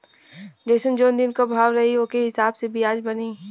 जइसन जौन दिन क भाव रही ओके हिसाब से बियाज बनी